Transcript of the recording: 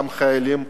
גם חיילים,